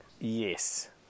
Yes